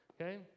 Okay